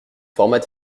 formats